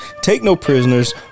Take-no-prisoners